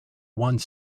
one